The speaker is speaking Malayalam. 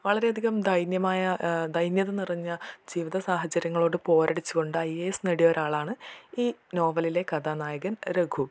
വളരെ അധികം ദൈന്യമായ ദൈന്യത നിറഞ്ഞ ജീവിത സാഹചര്യങ്ങളോട് പോരടിച്ച് കൊണ്ട് ഐ എ എസ് നേടിയ ഒരാളാണ് ഈ നോവലിലെ കഥാനായകൻ രഘു